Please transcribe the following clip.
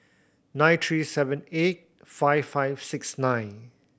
nine three seven eight five five six nine